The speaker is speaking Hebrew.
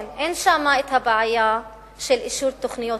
אין שם הבעיה של אישור תוכניות